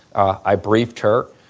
i briefed her.